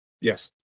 Yes